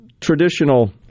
traditional